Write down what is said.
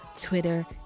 Twitter